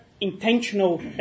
intentional